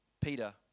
Peter